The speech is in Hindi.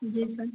जी सर